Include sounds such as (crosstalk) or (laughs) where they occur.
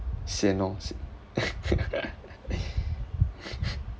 sian oh see (laughs)